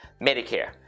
Medicare